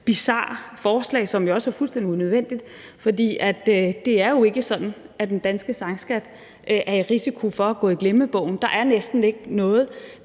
bizarre forslag, som også er fuldstændig unødvendigt, for det er jo ikke sådan, at den danske sangskat er i risiko for at gå i glemmebogen, for der er næsten ikke noget,